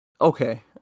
okay